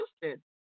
Houston